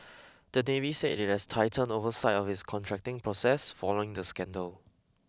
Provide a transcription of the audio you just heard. the Navy said it has tightened oversight of its contracting process following the scandal